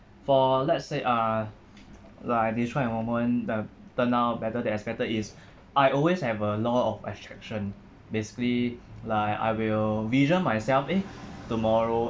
for let's say uh like describe a moment that turn out better than expected is I always have a law of attraction basically like I will vision myself eh tomorrow